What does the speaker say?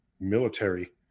military